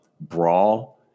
brawl